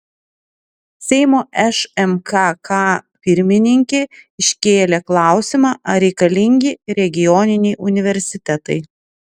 seimo šmkk pirmininkė iškėlė klausimą ar reikalingi regioniniai universitetai